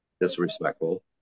Disrespectful